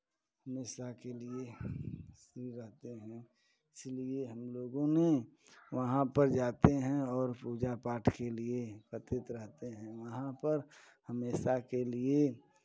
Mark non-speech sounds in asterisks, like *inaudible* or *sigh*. हमेशा के लिए *unintelligible* रहते हैं इसीलिए हम लोगों ने वहाँ पर जाते हैं और पूजा पाठ के लिए एकत्रित रहते हैं वहाँ पर हमेशा के लिए